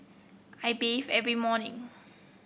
I bathe every morning